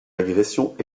agressions